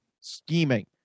Scheming